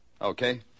Okay